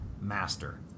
master